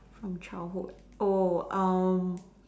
from childhood oh um